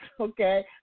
Okay